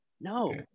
No